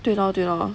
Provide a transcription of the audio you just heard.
对 lor 对 lor